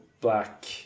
black